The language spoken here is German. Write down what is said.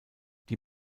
die